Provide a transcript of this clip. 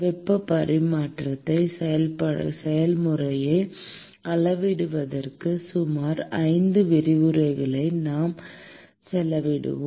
வெப்ப பரிமாற்ற செயல்முறையை அளவிடுவதற்கு சுமார் 5 விரிவுரைகளை நாம் செலவிடுவோம்